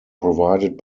provided